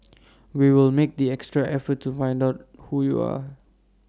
we will make the extra effort to find out who you are